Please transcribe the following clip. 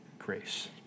Grace